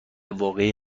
واقعی